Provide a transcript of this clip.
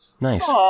Nice